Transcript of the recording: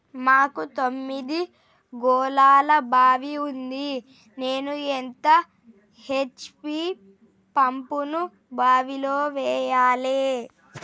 మాకు తొమ్మిది గోళాల బావి ఉంది నేను ఎంత హెచ్.పి పంపును బావిలో వెయ్యాలే?